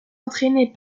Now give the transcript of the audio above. entraînée